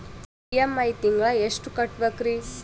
EMI ತಿಂಗಳ ಎಷ್ಟು ಕಟ್ಬಕ್ರೀ?